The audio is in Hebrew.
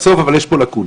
בסוף יש פה לקונה.